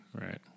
Right